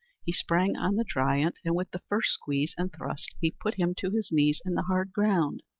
he sprang on the giant, and with the first squeeze and thrust he put him to his knees in the hard ground,